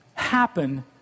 Happen